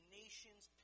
nations